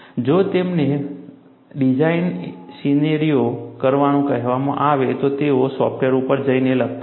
જો તેમને design scenario કરવાનું કહેવામાં આવે તો તેઓ સોફ્ટવેર ઉપર જઈને લખતા નથી